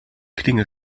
klinge